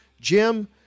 Jim